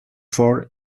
for